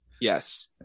Yes